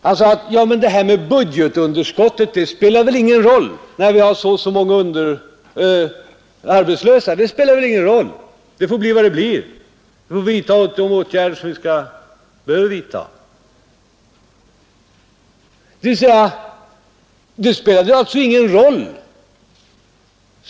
Han framhöll att budgetunderskottet väl inte spelar någon roll, när vi har så och så många arbetslösa. Det får bli vad det blir. Vi får vidta de åtgärder som vi behöver vidta.